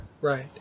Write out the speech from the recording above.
right